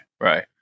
right